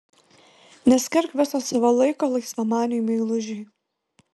neskirk viso savo laiko laisvamaniui meilužiui